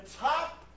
top